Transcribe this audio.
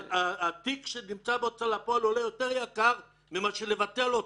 התיק שנמצא בהוצאה לפועל עולה יותר יקר מלבטל אותו.